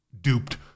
duped